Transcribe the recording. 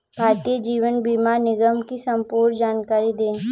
भारतीय जीवन बीमा निगम की संपूर्ण जानकारी दें?